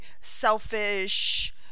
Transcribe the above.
selfish